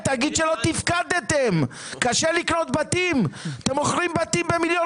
ו-40 מיליון